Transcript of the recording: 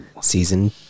season